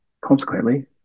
consequently